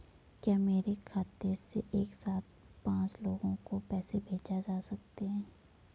क्या मेरे खाते से एक साथ पांच लोगों को पैसे भेजे जा सकते हैं?